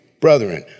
brethren